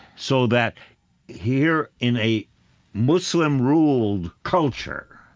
so that here, in a muslim-ruled culture,